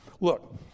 Look